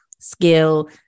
skill